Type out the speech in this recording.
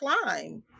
climb